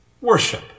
worship